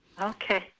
Okay